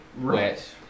Right